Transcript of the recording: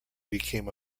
became